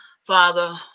Father